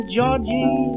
Georgie